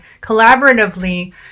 collaboratively